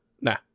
Nah